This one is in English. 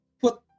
put